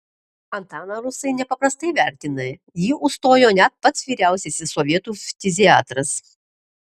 antaną rusai nepaprastai vertina jį užsistojo net pats vyriausiasis sovietų ftiziatras